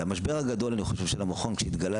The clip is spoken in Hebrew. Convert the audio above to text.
אני חושב שהמשבר הגדול של המכון שהתגלה